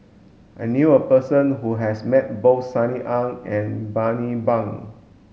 I knew a person who has met both Sunny Ang and Bani Buang